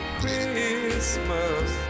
Christmas